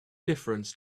difference